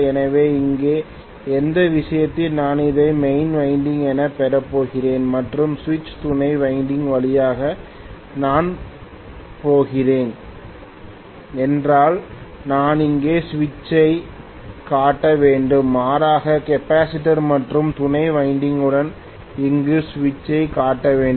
எனவே இங்கே எந்த விஷயத்தில் நான் இதை மெயின் வைண்டிங் எனப் பெறப் போகிறேன் மற்றும் சுவிட்ச் துணை வைண்டிங் வழியாக நான் போகிறேன் என்றால் நான் இங்கே சுவிட்சைக் காட்ட வேண்டும் மாறாக கெப்பாசிட்டர் மற்றும் துணை வைண்டிங் குடன் இங்கே சுவிட்சைக் காட்ட வேண்டும்